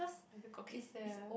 !aiyo! got kids there ah